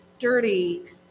dirty